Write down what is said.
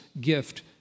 gift